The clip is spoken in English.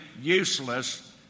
useless